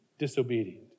disobedient